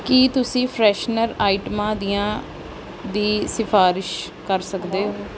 ਕੀ ਤੁਸੀਂ ਫਰੈਸ਼ਨਰ ਆਈਟਮਾਂ ਦੀਆਂ ਦੀ ਸਿਫਾਰਸ਼ ਕਰ ਸਕਦੇ ਹੋ